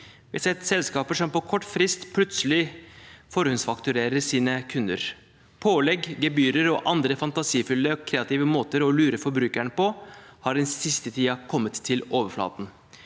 Vi har sett selskaper som med kort frist plutselig forhåndsfakturerer sine kunder. Pålegg, gebyrer og andre fantasifulle og kreative måter å lure forbrukerne på har den siste tiden kommet til overflaten.